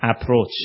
approach